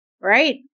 right